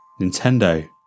Nintendo